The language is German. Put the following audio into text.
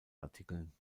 artikeln